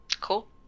Cool